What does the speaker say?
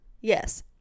yes